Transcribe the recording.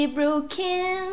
broken